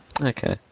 Okay